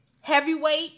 heavyweight